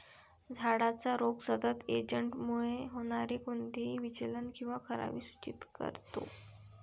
झाडाचा रोग सतत एजंटमुळे होणारे कोणतेही विचलन किंवा खराबी सूचित करतो